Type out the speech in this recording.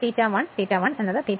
ഇവിടെ ∅1 ∅ 1 ∅2 ∅ 2